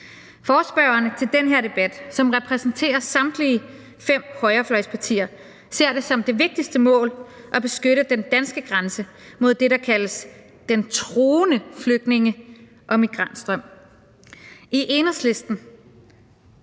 Forespørgerne til den her debat, som repræsenterer samtlige fem højrefløjspartier, ser det som det vigtigste mål at beskytte den danske grænse mod det, der kaldes den truende flygtninge- og migrantstrøm. I Enhedslisten